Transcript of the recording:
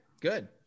good